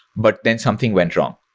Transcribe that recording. but then something went wrong.